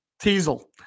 Teasel